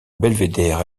belvédère